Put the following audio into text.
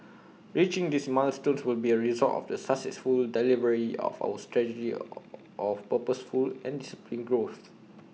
reaching these milestones will be A result of the successful delivery of our strategy of purposeful and disciplined growth